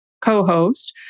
co-host